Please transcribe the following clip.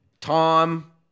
Tom